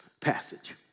passage